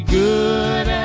good